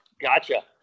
Gotcha